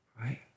right